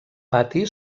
pati